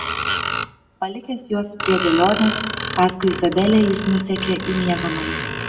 palikęs juos prie dėlionės paskui izabelę jis nusekė į miegamąjį